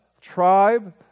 tribe